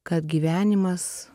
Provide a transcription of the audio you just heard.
kad gyvenimas